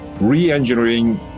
re-engineering